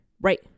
right